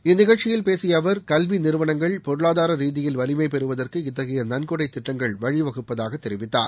இந்நிகழ்ச்சியில் பேசிய அவர் கல்வி நிறுவனங்கள் பொருளாதார ரீதியில் வலிமை பெறுவதற்கு இத்தகைய நன்கொடை திட்டங்கள் வழிவகுப்பதாக தெரிவித்தார்